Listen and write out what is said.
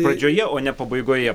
pradžioje o ne pabaigoje